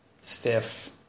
stiff